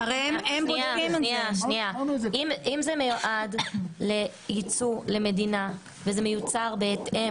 אם זה מיועד לייצוא למדינה וזה מיוצר בהתאם